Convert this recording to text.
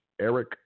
Eric